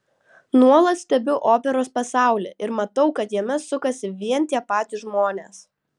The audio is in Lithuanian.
nuolat stebiu operos pasaulį ir matau kad jame sukasi vien tie patys žmonės